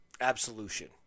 absolution